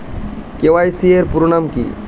KYC এর পুরোনাম কী?